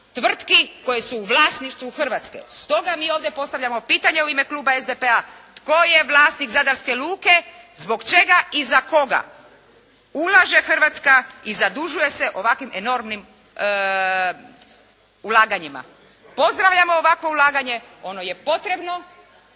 tvrtki koje su u vlasništvu Hrvatske. Stoga mi ovdje postavljamo pitanje u ime kluba SDP-a tko je vlasnik zadarske luke, zbog čega i za koga ulaže Hrvatska i zadužuje se ovakvim enormnim ulaganjima? Pozdravljamo ovakvo ulaganje, ono je potrebno,